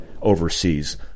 overseas